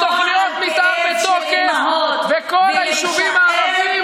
יש תוכנית מתאר בתוקף בכל היישובים הערביים.